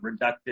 reductive